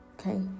Okay